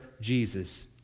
Jesus